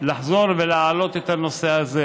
לחזור ולהעלות את הנושא הזה.